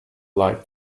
like